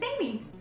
Amy